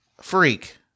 freak